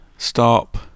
Stop